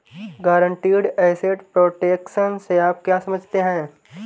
Guaranteed asset protection से आप क्या समझते हैं?